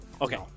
Okay